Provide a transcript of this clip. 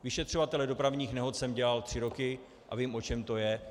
Vyšetřovatele dopravních nehod jsem dělal tři roky a vím, o čem to je.